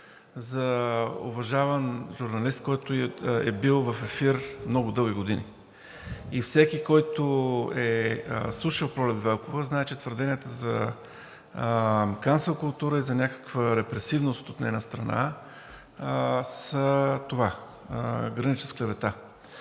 за уважаван журналист, който е бил в ефир много дълги години, и всеки, който е слушал Пролет Велкова, знае, че твърденията за cancel култура и за някаква репресивност от нейна страна граничат с клевета.